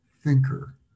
thinker